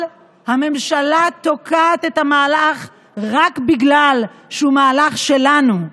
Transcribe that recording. הממשלה תוקעת את המהלך רק בגלל שהוא מהלך שלנו,